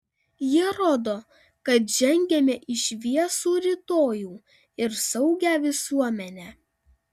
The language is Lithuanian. jie rodo kad žengiame į šviesų rytojų ir saugią visuomenę